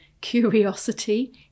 curiosity